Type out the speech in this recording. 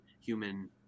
human